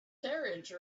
carriage